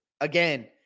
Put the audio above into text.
again